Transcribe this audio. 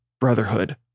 brotherhood